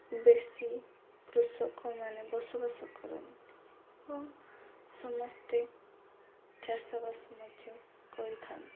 ବେଶୀ କୃଷକମାନେ ବସବାସ କରନ୍ତି ଏବଂ ସମସ୍ତେ ଚାଷବାସ ମଧ୍ୟ କରିଥାନ୍ତି